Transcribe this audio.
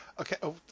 Okay